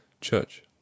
church